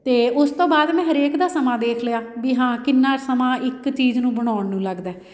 ਅਤੇ ਉਸ ਤੋਂ ਬਾਅਦ ਮੈਂ ਹਰੇਕ ਦਾ ਸਮਾਂ ਦੇਖ ਲਿਆ ਵੀ ਹਾਂ ਕਿੰਨਾ ਸਮਾਂ ਇੱਕ ਚੀਜ਼ ਨੂੰ ਬਣਾਉਣ ਨੂੰ ਲੱਗਦਾ